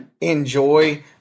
enjoy